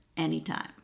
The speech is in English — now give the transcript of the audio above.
Anytime